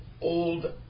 old